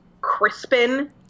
Crispin